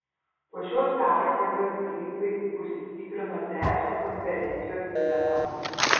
po šios pergalės grifai užsitikrino trečią konferencijos vietą